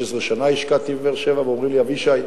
16 שנה השקעתי בבאר-שבע, ואומרים לי: אבישי,